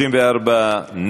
חוק השיפוט הצבאי (תיקון מס' 71),